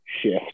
shift